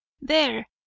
There